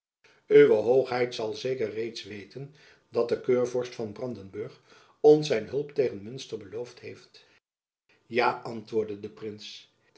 uwe hoogheid zal zeker reeds weten dat de keurvorst van brandenburg ons zijn hulp tegen munster beloofd heeft ja antwoordde de prins